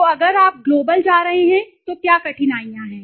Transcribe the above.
तो अगर आप ग्लोबल जा रहे हैं तो क्या कठिनाइयाँ हैं